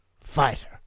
fighter